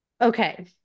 okay